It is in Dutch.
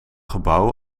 gebouw